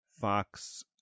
Fox